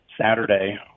Saturday